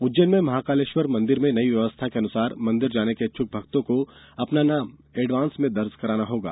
उज्जैन में महाकालेश्वर मंदिर में नई व्यवस्था के अनुसार मंदिर जाने के इच्छुक भक्तों को अपना नाम एडवांस में दर्ज कराना होगा